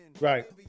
Right